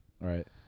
right